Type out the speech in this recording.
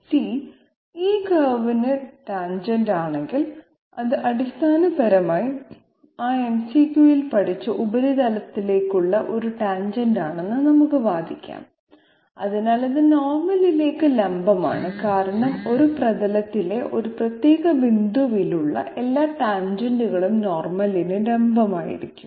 c ഈ കർവിന് tangent ആണെങ്കിൽ അത് അടിസ്ഥാനപരമായി ആ MCQ ൽ പഠിച്ച ഉപരിതലത്തിലേക്കുള്ള ഒരു ടാൻജെന്റ് ആണെന്ന് നമുക്ക് വാദിക്കാം അതിനാൽ ഇത് നോർമലിലേക്ക് ലംബമാണ് കാരണം ഒരു പ്രതലത്തിലെ ഒരു പ്രത്യേക ബിന്ദുവിലുള്ള എല്ലാ ടാൻജെന്റ്കളും നോർമലിന് ലംബമായിരിക്കും